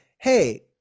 hey